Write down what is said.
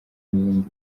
n’ubundi